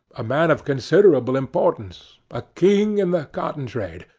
a man of considerable importance, a king in the cotton trade,